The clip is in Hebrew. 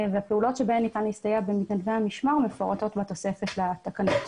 והפעולות שבהן ניתן להסתייע במתנדבי המשמר מפורטות בתוספת לתקנות.